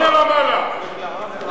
לך לרמאללה,